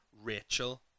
Rachel